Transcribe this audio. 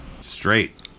Straight